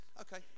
Okay